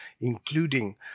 including